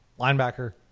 linebacker